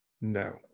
No